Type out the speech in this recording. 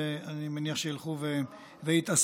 שאני מניח שילכו ויתאספו,